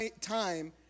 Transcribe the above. time